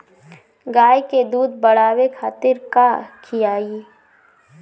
गाय के दूध बढ़ावे खातिर का खियायिं?